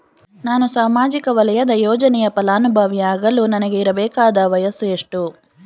ನಾನು ಸಾಮಾಜಿಕ ವಲಯದ ಯೋಜನೆಯ ಫಲಾನುಭವಿಯಾಗಲು ನನಗೆ ಇರಬೇಕಾದ ವಯಸ್ಸುಎಷ್ಟು?